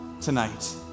tonight